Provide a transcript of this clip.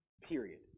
Period